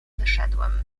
wyszedłem